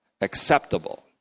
acceptable